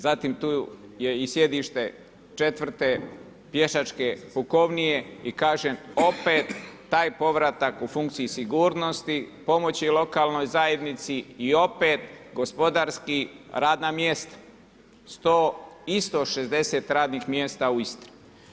Zatim tu je i sjedište 4. pješačke pukovnije i kažem, opet taj povratak u funkciji sigurnosti, pomoći lokalnoj zajednici i opet, gospodarski radna mjesto 100 i 160 radnih mjesta u Istri.